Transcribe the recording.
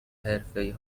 حرفه